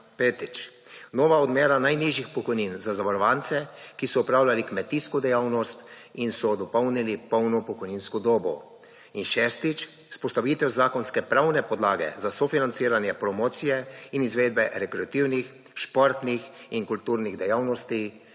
Petič. Nova odmera najnižjih pokojnin za zavarovance, ki so opravljali kmetijsko dejavnost in so dopolnili polno pokojninsko dobo. Šestič. Vzpostavitev zakonske pravne podlage za sofinanciranje promocije in izvedbe rekreativnih, športnih in kulturnih dejavnosti